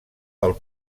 del